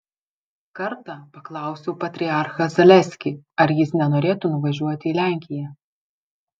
kartą paklausiau patriarchą zaleskį ar jis nenorėtų nuvažiuoti į lenkiją